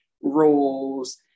rules